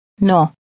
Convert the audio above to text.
no